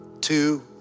two